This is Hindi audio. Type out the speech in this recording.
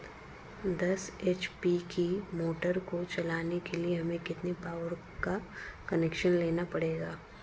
दस एच.पी की मोटर को चलाने के लिए हमें कितने पावर का कनेक्शन लेना पड़ेगा?